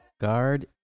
Guard